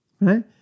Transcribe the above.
Right